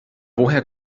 woher